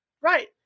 Right